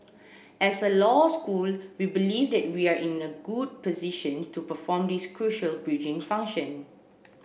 as a law school we believe that we are in a good position to perform this crucial bridging function